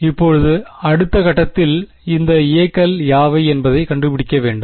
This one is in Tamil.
இப்போது அடுத்த கட்டத்தில் இந்த a க்கல் யாவை என்பதை கண்டுபிடிக்க வேண்டும்